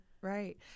right